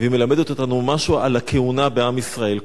והיא מלמדת אותנו משהו על הכהונה בעם ישראל.